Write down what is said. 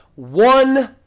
One